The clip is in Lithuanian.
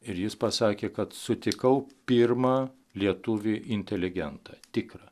ir jis pasakė kad sutikau pirmą lietuvį inteligentą tikrą